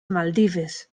maldives